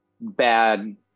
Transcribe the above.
bad